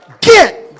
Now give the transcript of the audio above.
get